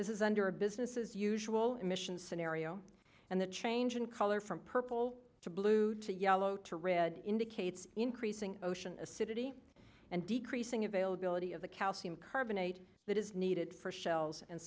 this is under a business as usual emissions scenario and the change in color from purple to blue to yellow to read indicates increasing ocean acidity and decreasing availability of the calcium carbonate that is needed for shells and